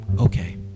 Okay